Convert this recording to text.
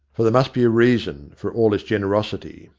for there must be a reason for all this generosity.